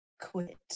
quit